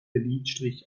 lidstrich